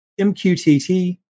MQTT